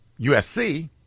USC